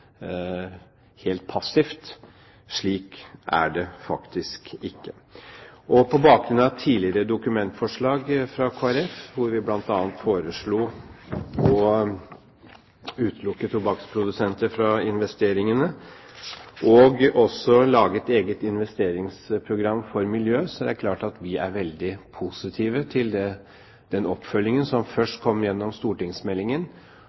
helt passivt. Slik er det faktisk ikke. På bakgrunn av tidligere dokumentforslag fra Kristelig Folkeparti, hvor vi bl.a. forslo å utelukke tobakksprodusenter fra investeringene og å lage et eget investeringsprogram for miljøet, er det klart at vi er veldig positive til den oppfølgingen som